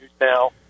Now